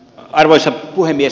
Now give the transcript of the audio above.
arvoisa puhemies